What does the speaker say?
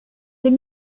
deux